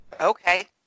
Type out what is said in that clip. okay